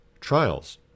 trials